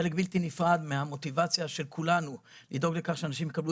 חלק בלתי נפרד מהמוטיבציה של כולנו לדאוג לכך שאנשים יקבלו